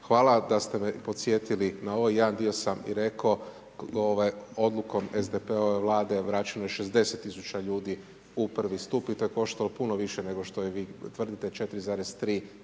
Hvala da ste me podsjetili na ovo, jedan dio sam i rekao odlukom SDP-ove vlade vraćeno je 60 000 ljudi u I. stup i to je koštalo puno više nego što vi tvrdite, 4,3